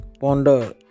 ponder